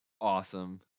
awesome